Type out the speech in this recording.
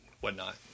whatnot